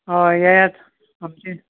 हय येयात आमचें